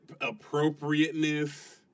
Appropriateness